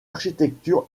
architecture